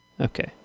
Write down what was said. okay